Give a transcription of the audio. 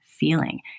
feeling